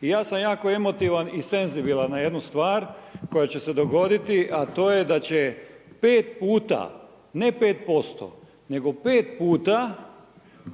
i ja sam jako emotivan i senzibilan na jednu stvar koja će se dogoditi, a to je da će 5 puta, ne 5%, nego pet puta